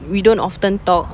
we don't often talk